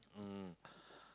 um